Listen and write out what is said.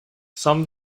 some